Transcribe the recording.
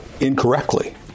incorrectly